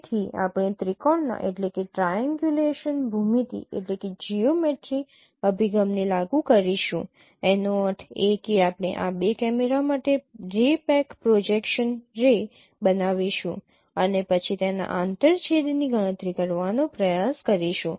તેથી આપણે ત્રિકોણના ભૂમિતિ અભિગમને લાગુ કરીશું એનો અર્થ એ કે આપણે આ બે કેમેરા માટે રે બેક પ્રોજેક્શન રે બનાવીશું અને પછી તેના આંતરછેદની ગણતરી કરવાનો પ્રયાસ કરીશું